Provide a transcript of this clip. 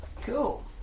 Cool